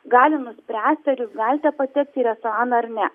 gali nuspręsti ar jūs galite patekti į restoraną ar ne